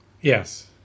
Yes